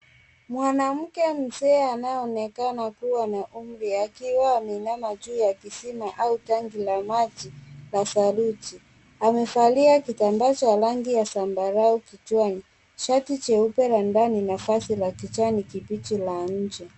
Mwanamke mzee anayeonekana kuwa na umri ya akiwa ameinama juu ya kisima au tangi la maji la saruji amevalia kitambaa cha rangi ya sambarau kichwani shati jeupe la ndani na vazi la kijani kibichi la nje.